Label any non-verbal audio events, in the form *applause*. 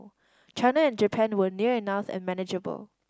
*noise* China and Japan were near enough and manageable